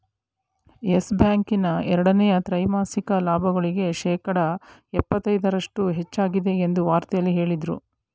Yes Bank ನ ಎರಡನೇ ತ್ರೈಮಾಸಿಕ ಲಾಭಗಳಿಗೆ ಶೇಕಡ ಎಪ್ಪತೈದರಷ್ಟು ಹೆಚ್ಚಾಗಿದೆ ಎಂದು ವಾರ್ತೆಯಲ್ಲಿ ಹೇಳದ್ರು